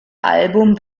album